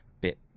bit